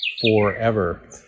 forever